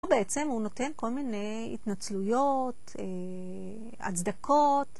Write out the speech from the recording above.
הוא בעצם נותן כל מיני התנצלויות, הצדקות.